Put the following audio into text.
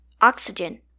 Oxygen